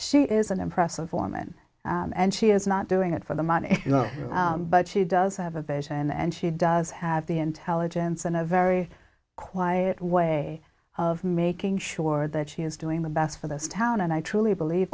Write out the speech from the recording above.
she is an impressive woman and she is not doing it for the money you know but she does have a vision and she does have the intelligence and a very quiet way of making sure that she is doing the best for this town and i truly believe